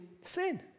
sin